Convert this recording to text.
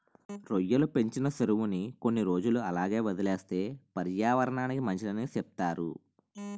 రొయ్యలు పెంచిన సెరువుని కొన్ని రోజులు అలాగే వదిలేస్తే పర్యావరనానికి మంచిదని సెప్తారు